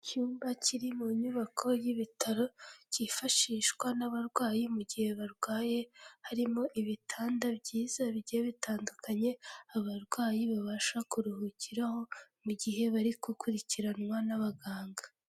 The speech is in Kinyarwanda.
Icyumba kiri mu nyubako y'ibitaro, cyifashishwa n'abarwayi mu gihe barwaye, harimo ibitanda byiza bigiye bitandukanye, abarwayi babasha kuruhukiraho mu gihe bari gukurikiranwa n'abaganga.